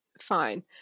fine